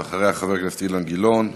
אז אחריה, חבר הכנסת אילן גילאון.